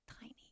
tiny